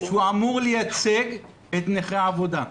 שאמור לייצג את נפגעי העבודה.